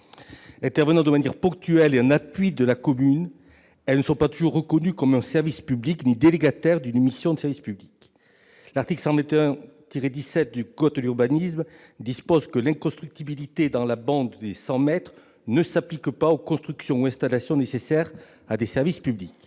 Intervenant de manière ponctuelle et en appui de la commune, les associations ne sont pas toujours reconnues comme un service public ni comme étant délégataires d'une mission de service public. L'article L. 121-17 du code de l'urbanisme dispose que l'inconstructibilité dans la bande des 100 mètres ne s'applique pas aux constructions ou installations nécessaires à des services publics.